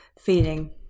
feeling